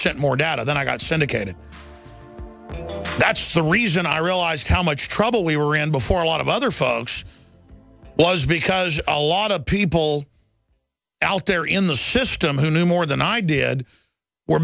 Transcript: sent more data then i got sent again and that's the reason i realized how much trouble we were in before a lot of other folks was because a lot of people out there in the system who knew more than i did were